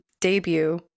debut